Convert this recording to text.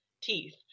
teeth